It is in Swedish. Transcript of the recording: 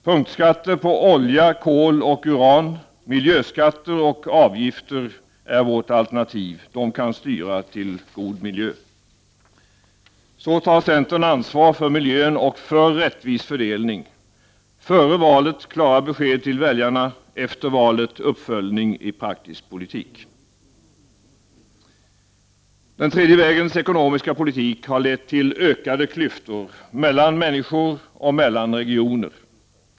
Punktskatter på olja, kol och uran, miljöskatter och avgifter är vårt alternativ. De kan styra till god miljö. Så tar centern ansvar för miljön och för rättvis fördelning! Före valet: klara besked till väljarna. Efter valet: uppföljning i praktisk politik. Den tredje vägens ekonomiska politik har lett till ökade klyftor — mellan människor och mellan regioner.